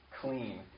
clean